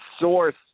source